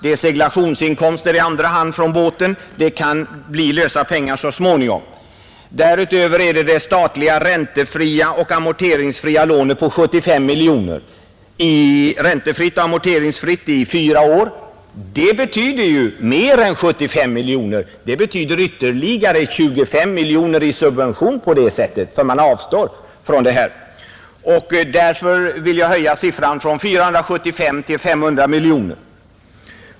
Det är seglationsinkomster från båten i andra hand. Det kan bli lösa pengar så småningom, Därutöver är det det statliga räntefria och amorteringsfria lånet på 75 miljoner. Ett lån som är räntefritt och amorteringsfritt under fyra år betyder ju mer än 75 miljoner. Det betyder ytterligare 25 miljoner i subvention. Därför vill jag som sagt höja siffran från 475 till 500 miljoner.